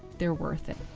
they're worth it.